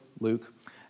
Luke